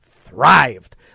thrived